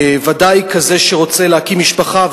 ודאי כזה שרוצה להקים משפחה,